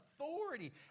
authority